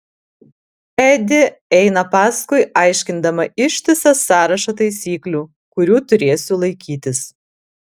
edi eina paskui aiškindama ištisą sąrašą taisyklių kurių turėsiu laikytis